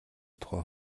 тухай